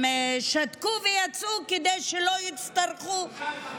הם שתקו ויצאו, כדי שלא יצטרכו, שלושה תמכו.